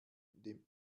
dem